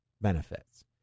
benefits